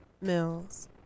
mills